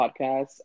podcast